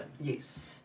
Yes